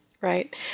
right